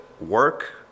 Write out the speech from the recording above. work